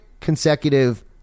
consecutive